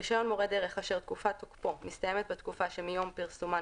רישיון מורה דרך אשר תקופת תוקפו מסתיימת בתקופה שמיום פרסומן